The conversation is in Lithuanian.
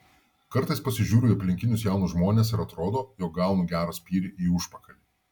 kartais pasižiūriu į aplinkinius jaunus žmones ir atrodo jog gaunu gerą spyrį į užpakalį